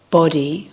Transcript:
body